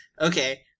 Okay